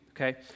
okay